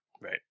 Right